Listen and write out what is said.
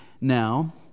now